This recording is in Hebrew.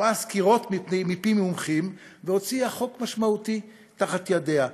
שמעה סקירות מפי מומחים והוציאה חוק משמעותי תחת ידיה,